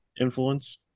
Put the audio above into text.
influence